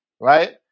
right